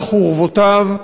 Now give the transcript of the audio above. על חורבותיו,